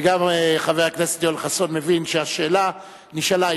וגם חבר הכנסת יואל חסון מבין שהשאלה נשאלה,